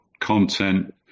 content